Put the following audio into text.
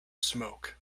smoke